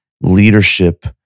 leadership